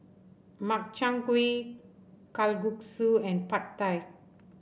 Makchang Gui Kalguksu and Pad Thai